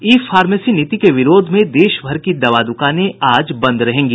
ई pharmacy नीति के विरोध में देशभर की दवा द्वकानें आज बंद रहेंगी